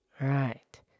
Right